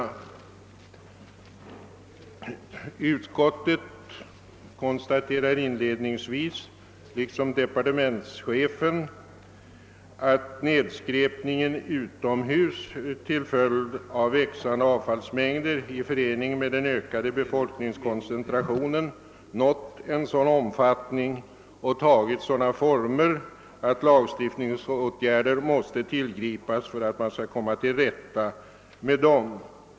a Utskottet konstaterar inledningsvis liksom departementschefen att nedskräpningen utomhus till följd av växande avfallsmängd i förening med ökad befolkningskoncentration nått en sådan omfattning och tagit sådana former att lagstiftningsåtgärder måste tillgripas för att man skall komma till rätta med den.